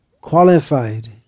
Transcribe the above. qualified